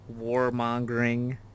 warmongering